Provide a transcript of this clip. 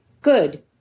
Good